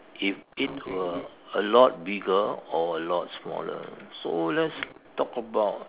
if it were a lot bigger or a lot smaller so let's talk about